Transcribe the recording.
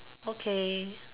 okay